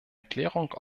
erklärung